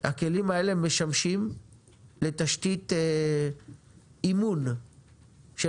הכלים האלה משמשים לתשתית אימון של